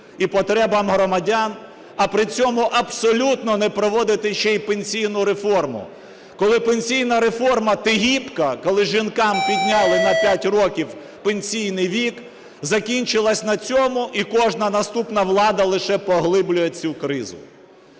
і потребам громадян, а при цьому абсолютно не проводити ще й пенсійну реформу, коли пенсійна реформа Тігіпка, коли жінкам підняли на 5 років пенсійний вік, закінчилася на цьому, і кожна наступна влада лише поглиблює цю кризу.